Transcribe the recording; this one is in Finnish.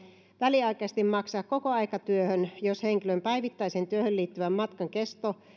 väliaikaisesti maksaa kokoaikatyöhön jos henkilön päivittäiseen työhön liittyvän matkan kesto